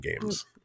games